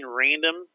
random